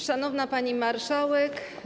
Szanowna Pani Marszałek!